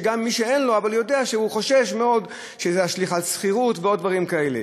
שגם מי שאין לו חושש מאוד שזה ישליך על שכירות ועוד דברים כאלה.